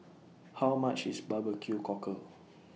How much IS Barbecue Cockle